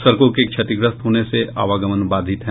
सड़कों के क्षतिग्रस्त होने से आवागमन बाधित है